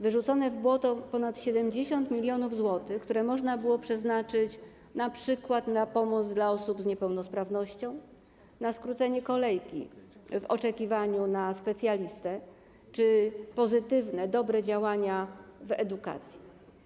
Wyrzucone w błoto ponad 70 mln zł, które można było przeznaczyć np. na pomoc dla osób z niepełnosprawnością, na skrócenie kolejki w oczekiwaniu na specjalistę czy pozytywne, dobre działania w edukacji.